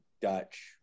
Dutch